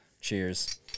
Cheers